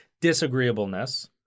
Disagreeableness